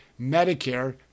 Medicare